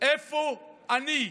איפה אני,